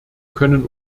können